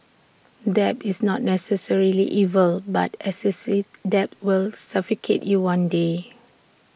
debt is not necessarily evil but excessive debts will suffocate you one day